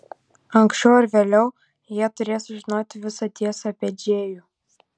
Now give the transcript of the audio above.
anksčiau ar vėliau jie turės sužinoti visą tiesą apie džėjų